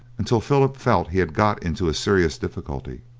until philip felt he had got into a serious difficulty.